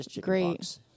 great